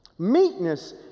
meekness